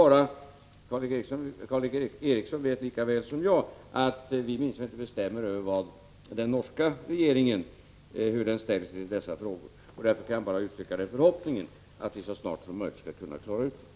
Karl Erik Eriksson vet lika väl som jag att vi minsann inte bestämmer över hur den norska regeringen ställer sig till dessa frågor. Jag kan bara uttrycka förhoppningen att vi så snart som möjligt skall kunna klara ut problemen.